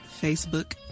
Facebook